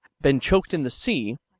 been choked in the sea,